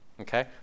Okay